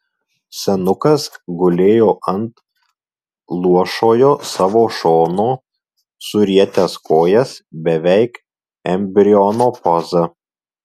senukas gulėjo ant luošojo savo šono surietęs kojas beveik embriono poza